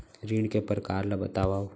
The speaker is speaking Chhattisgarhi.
ऋण के परकार ल बतावव?